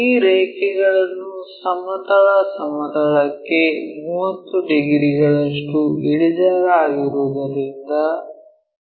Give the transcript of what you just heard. ಈ ರೇಖೆಯನ್ನು ಸಮತಲ ಸಮತಲಕ್ಕೆ 30 ಡಿಗ್ರಿಗಳಷ್ಟು ಇಳಿಜಾರಾಗಿರುವುದರಿಂದ ಎಚ್